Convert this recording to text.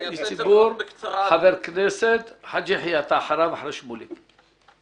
שלום לכולם חבריי חברי הכנסת ואורחים נכבדים.